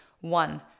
One